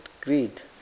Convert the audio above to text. greed